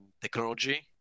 technology